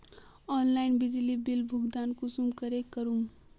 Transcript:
Online बिजली bill भुगतान कुंसम करे करूम?